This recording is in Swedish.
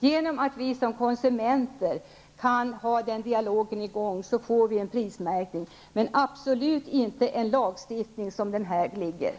Genom att vi som konsumenter kan ha den dialogen i gång får vi en prismärkning, men vi skall absolut inte ha någon lagstiftning som den föreslagna.